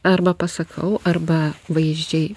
arba pasakau arba vaizdžiai